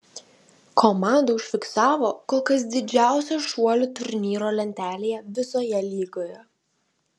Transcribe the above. komanda užfiksavo kol kas didžiausią šuolį turnyro lentelėje visoje lygoje